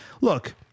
look